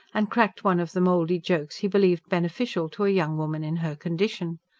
and cracked one of the mouldy jokes he believed beneficial to a young woman in her condition.